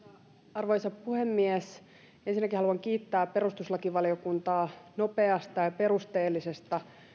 arvoisa puhemies ensinnäkin haluan kiittää perustuslakivaliokuntaa nopeasta ja perusteellisesta